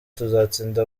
tuzatsinda